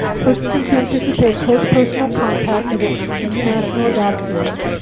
persons who anticipate close personal contact with an international adoptee,